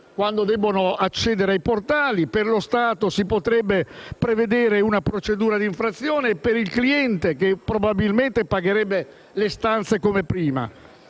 quando debbono accedere ai portali, per lo Stato si potrebbe prevedere una procedura di infrazione, mentre il cliente probabilmente pagherebbe le stanze come prima.